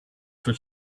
for